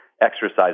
exercise